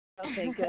Okay